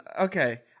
Okay